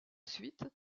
suite